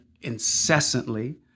incessantly